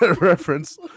reference